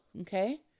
Okay